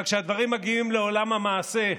אבל כשהדברים מגיעים לעולם המעשה,